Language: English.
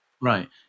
Right